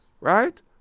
Right